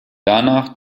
danach